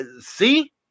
See